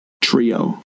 Trio